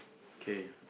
kay